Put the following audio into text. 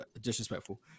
disrespectful